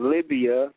Libya